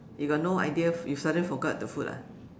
you got no idea you suddenly forgot the food lah